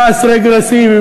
מס רגרסיבי,